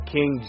King